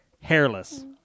Hairless